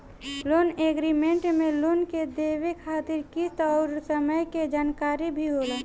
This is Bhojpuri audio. लोन एग्रीमेंट में लोन के देवे खातिर किस्त अउर समय के जानकारी भी होला